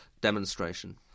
demonstration